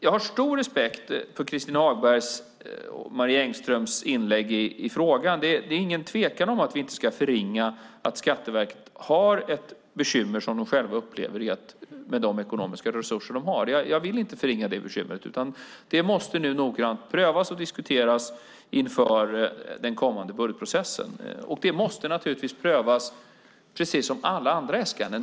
Jag har stor respekt för Christin Hagbergs och Marie Engströms inlägg i frågan. Jag vill inte förringa att Skatteverket upplever att de har ett bekymmer med de ekonomiska resurser de har. Det måste noggrant prövas och diskuteras inför den kommande budgetprocessen. Det måste prövas precis som alla andra äskanden.